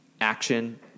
action